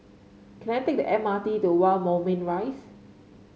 can I take the M R T to One Moulmein Rise